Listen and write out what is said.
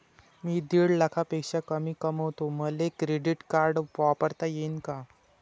मी दीड लाखापेक्षा कमी कमवतो, मले क्रेडिट कार्ड वापरता येईन का?